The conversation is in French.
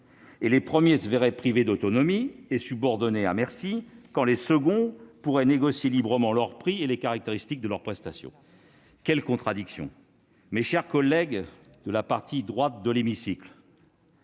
Le premier se verrait privé d'autonomie et serait corvéable à merci quand le second pourrait négocier librement ses prix et les caractéristiques de sa prestation. Quelle contradiction ! Mes chers collègues de la partie droite de l'hémicycle